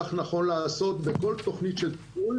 כך נכון לעשות בכל תוכנית טיפול,